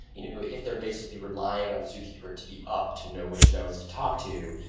you know if they're basically relying on zookeeper to be up to know which nodes to talk to,